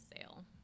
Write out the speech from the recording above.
sale